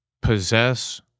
possess